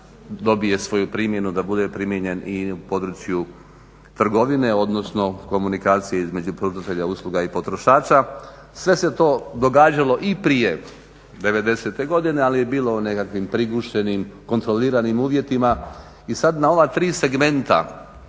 dobije svoju primjenu, da bude primijenjen i u području trgovine, odnosno komunikacije između pružatelja usluga i potrošača. Sve se to događalo i prije '90. godine ali je bilo u nekakvim prigušenim, kontroliranim uvjetima i sad na ova tri segmenta